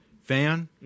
fan